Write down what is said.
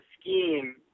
scheme